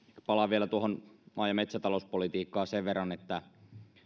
palaan vielä tuohon maa ja metsätalouspolitiikkaan sen verran että